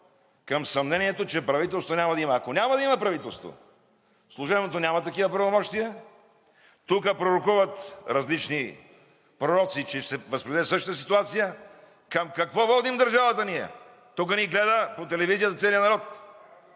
към съмнението, че правителство няма да има. Ако няма да има правителство – служебното няма такива правомощия, тук пророкуват различни пророци, че ще се възпроизведе същата ситуация. Към какво водим държавата ние? Тук ни гледа по телевизията целият народ!